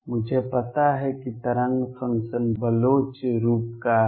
मुझे पता है कि तरंग फ़ंक्शन बलोच रूप का है